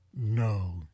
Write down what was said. No